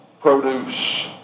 produce